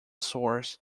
source